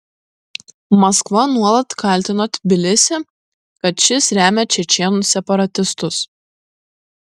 maskva nuolat kaltino tbilisį kad šis remia čečėnų separatistus